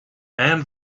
and